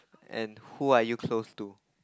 and who are you close to